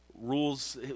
rules